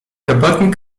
robotnik